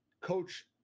coach